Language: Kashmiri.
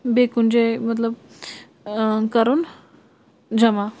بیٚیہِ کُنہِ جایہِ مطلب کَرُن جمع